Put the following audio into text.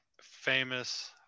famous